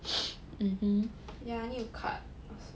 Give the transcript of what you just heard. yeah I need to cut also